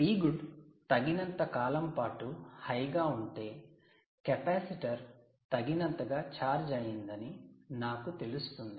Pgood తగినంత కాలం పాటు హై గా ఉంటే కెపాసిటర్ తగినంతగా ఛార్జ్ అయ్యిందని నాకు తెలుస్తుంది